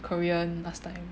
Korean last time